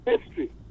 History